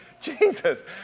Jesus